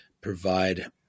provide